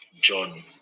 john